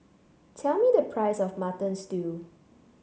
tell me the price of Mutton Stew